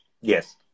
Yes